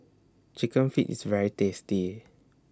Chicken Feet IS very tasty